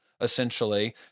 essentially